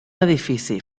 edifici